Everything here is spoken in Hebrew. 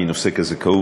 מנושא כזה כאוב,